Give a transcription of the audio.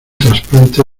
trasplante